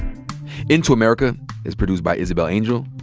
into america is produced by isabel angel,